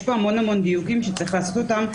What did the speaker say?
יש פה המון דיוקים שצריך לעשות אותם,